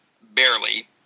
barely